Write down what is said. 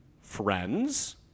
Friends